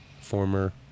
former